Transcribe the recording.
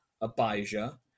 Abijah